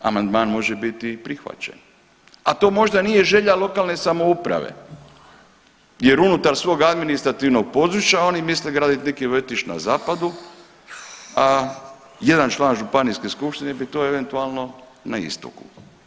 Amandman može biti i prihvaćen, a to možda nije želja lokalne samouprave jer unutar svog administrativnog područja oni misle gradit neki vrtić na zapadu, a jedan član županijske skupštine bi to eventualno na istoku.